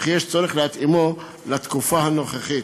ויש צורך להתאימו לתקופה הנוכחית.